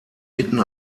mitten